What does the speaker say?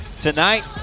tonight